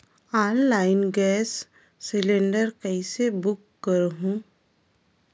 Online gas cylinder कइसे book करहु?